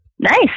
Nice